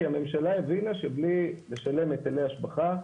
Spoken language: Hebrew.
כי הממשלה הבינה שבלי לשלם היטלי השבחה,